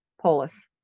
polis